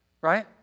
Right